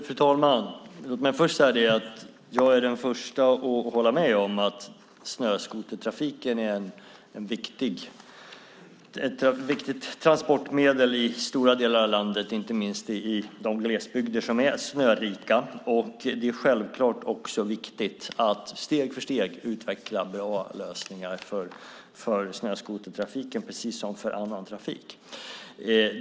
Fru talman! Låt mig börja med att säga att jag är den förste att hålla med om att snöskotertrafiken är ett viktigt transportmedel i stora delar av landet, inte minst i de glesbygder som är snörika. Det är självfallet också viktigt att steg för steg utveckla bra lösningar för snöskotertrafiken, precis som för annan trafik.